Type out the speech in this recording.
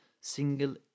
single